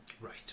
Right